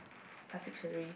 plastic surgery